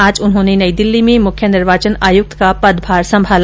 आज उन्होंने नई दिल्ली में मुख्य निर्वाचन आयुक्त का पदभार संभाला